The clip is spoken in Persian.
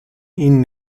این